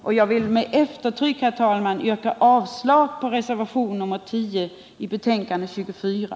Men jag vill med eftertryck, herr talman, yrka avslag på reservationen 10 i socialförsäkringsutskottets betänkande nr 24.